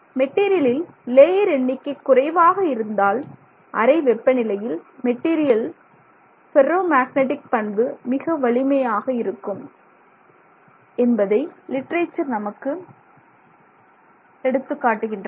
மெட்டீரியலில் லேயர் எண்ணிக்கை குறைவாக இருந்தால் அறை வெப்பநிலையில் மெட்டீரியல்களின் பெர்ரோ மேக்னடிக் பண்பு மிக வலிமையாக இருக்கும் என்பதை லிட்ரேச்சர் நமக்கு எடுத்துக்காட்டுகின்றன